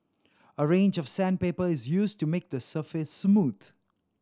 a range of sandpaper is used to make the surface smooth